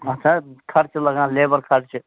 اَچھا چھُنا خرچہٕ لَگان لیبَر خرچہٕ